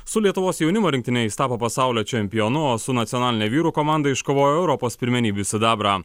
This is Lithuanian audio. su lietuvos jaunimo rinktine jis tapo pasaulio čempionu o su nacionaline vyrų komanda iškovojo europos pirmenybių sidabrą